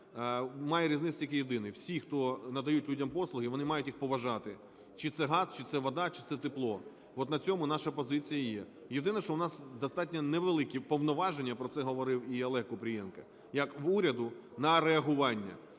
Має різницю тільки єдине: всі, хто надають людям послуги, вони мають їх поважати: чи це газ, чи це вода, чи це тепло. От на цьому наша позиція і є. Єдине, що у нас достатньо невеликі повноваження, про це говорив і Олег Купрієнко, як в уряду на реагування.